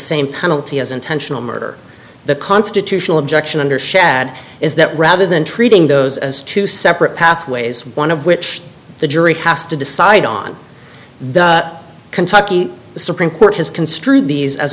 of as intentional murder the constitutional objection under shad is that rather than treating those as two separate pathways one of which the jury has to decide on the kentucky supreme court has construed these as